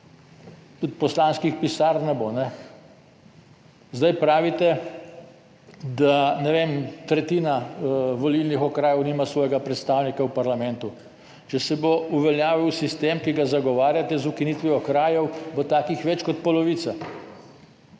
Tudi poslanskih pisarn ne bo. Zdaj, pravite, da, ne vem, tretjina volilnih okrajev nima svojega predstavnika v parlamentu. Če se bo uveljavil sistem, ki ga zagovarjate, z ukinitvijo okrajev, bo takih več kot polovica